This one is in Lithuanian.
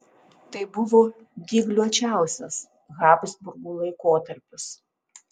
tai buvo dygliuočiausias habsburgų laikotarpis